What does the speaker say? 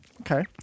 Okay